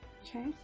okay